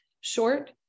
short